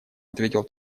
ответил